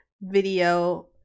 video